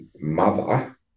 mother